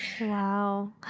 Wow